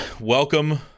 welcome